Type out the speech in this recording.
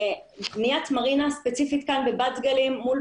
בניית מרינה ספציפית כאן בבת גלים מול